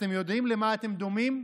אתם יודעים למה אתם דומים,